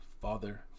father